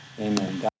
Amen